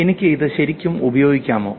എനിക്ക് ഇത് ശരിക്കും ഉപയോഗിക്കാമോ